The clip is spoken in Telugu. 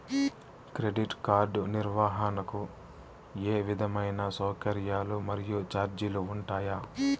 క్రెడిట్ కార్డు నిర్వహణకు ఏ విధమైన సౌకర్యాలు మరియు చార్జీలు ఉంటాయా?